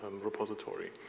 repository